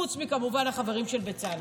כמובן חוץ מהחברים של בצלאל.